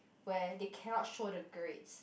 where they cannot show the grades